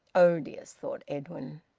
odious, thought edwin.